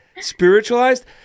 spiritualized